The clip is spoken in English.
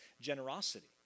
generosity